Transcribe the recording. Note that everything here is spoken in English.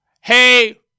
Hey